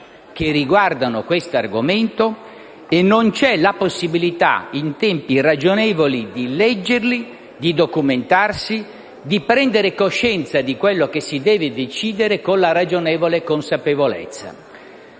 che riguardano questo argomento e non c'è la possibilità, in tempi ragionevoli, di leggerli, di documentarsi, di prendere coscienza di quello che si deve decidere con la ragionevole consapevolezza.